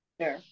sure